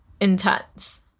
intense